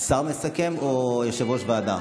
השר מסכם, או יושב-ראש ועדה?